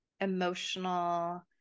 emotional